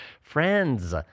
Friends